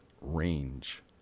range